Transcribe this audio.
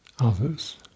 others